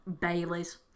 Bailey's